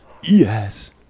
Yes